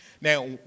Now